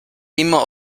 immer